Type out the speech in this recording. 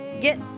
get